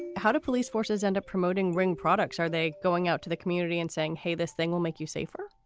how do police forces and a promoting ring products, are they going out to the community and saying, hey, this thing will make you safer?